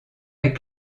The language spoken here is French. est